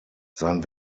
sein